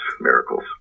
miracles